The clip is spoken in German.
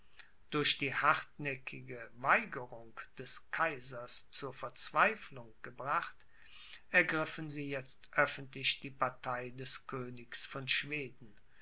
durch die hartnäckige weigerung des kaisers zur verzweiflung gebracht ergriffen sie jetzt öffentlich die partei des königs von schweden